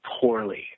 poorly